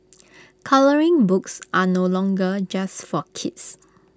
colouring books are no longer just for kids